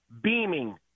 beaming